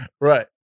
Right